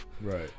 Right